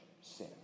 sin